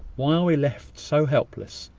why are we left so helpless?